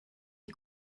die